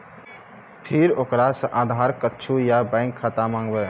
फिर ओकरा से आधार कद्दू या बैंक खाता माँगबै?